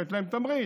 לתת להם תמריץ,